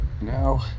Now